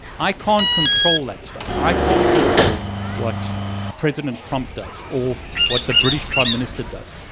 i can't control that stuff. i can't control what president trump does, or what the british prime minister does,